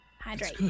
hydrate